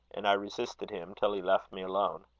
and i resisted him, till he left me alone.